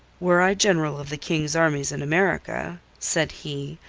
were i general of the king's armies in america, said he,